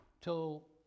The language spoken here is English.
till